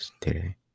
today